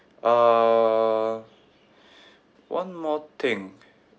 uh one more thing